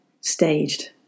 staged